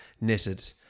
knitted